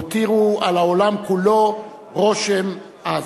הותירו על העולם כולו רושם עז.